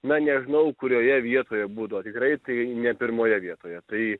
na nežinau kurioje vietoje būdavo tikrai tai ne pirmoje vietoje tai